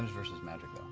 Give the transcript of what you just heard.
versus magic.